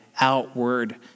outward